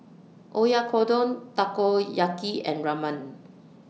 Oyakodon Takoyaki and Ramen